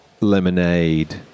lemonade